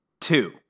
Two